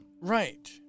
Right